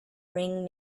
ring